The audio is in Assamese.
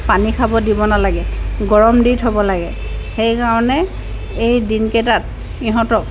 পানী খাব দিব নালাগে গৰম দি থ'ব লাগে সেইকাৰণে এই দিনকেইটাত ইহঁতক